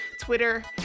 Twitter